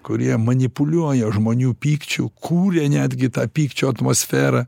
kurie manipuliuoja žmonių pykčiu kuria netgi tą pykčio atmosferą